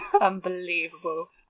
Unbelievable